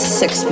six